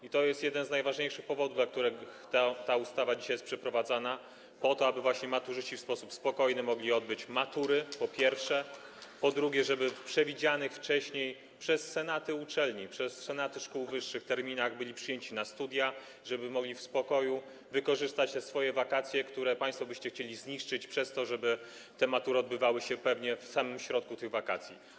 I to jest jeden z najważniejszych powodów, dla których ta ustawa dzisiaj jest przeprowadzana - po to, aby właśnie maturzyści w sposób spokojny mogli odbyć matury, to po pierwsze, po drugie, żeby w przewidzianych wcześniej przez senaty uczelni, przez senaty szkół wyższych terminach byli przyjęci na studia, żeby mogli w spokoju wykorzystać te swoje wakacje, które państwo byście chcieli zniszczyć przez doprowadzenie do tego, żeby te matury się odbywały pewnie w samym środku tych wakacji.